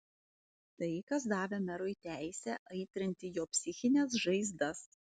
tai kas davė merui teisę aitrinti jo psichines žaizdas